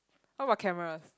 what about cameras